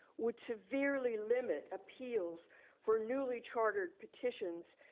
would severely limit appeals for newly chartered petitions,